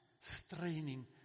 straining